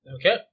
Okay